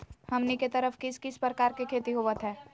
हमनी के तरफ किस किस प्रकार के खेती होवत है?